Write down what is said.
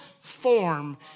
form